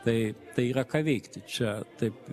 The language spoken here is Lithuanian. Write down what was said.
tai tai yra ką veikti čia taip